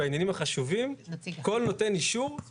בעניינים החשובים, כל נותן אישור יכול להצטרף.